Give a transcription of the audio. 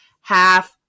half